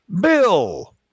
Bill